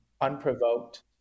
unprovoked